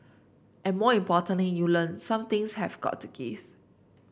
and more importantly you learn some things have got to gives